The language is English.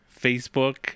facebook